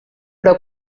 però